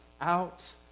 out